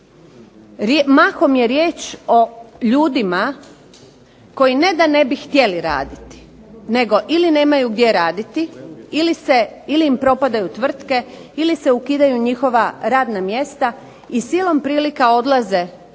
mahom je riječ o ljudima koji ne da ne bi htjeli raditi, nego ili nemaju gdje raditi ili im propadaju tvrtke, ili se ukidaju njihova radna mjesta i silom prilika odlaze u